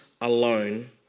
alone